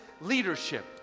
leadership